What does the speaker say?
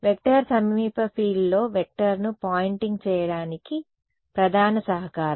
vector సమీప ఫీల్డ్లో వెక్టర్ను పాయింటింగ్ చేయడానికి ప్రధాన సహకారం